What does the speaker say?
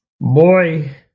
Boy